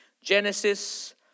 Genesis